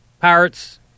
pirates